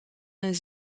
een